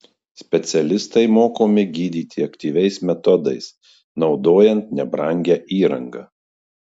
specialistai mokomi gydyti aktyviais metodais naudojant nebrangią įrangą